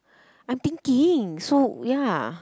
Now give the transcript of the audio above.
I'm thinking so ya